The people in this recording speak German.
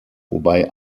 wobei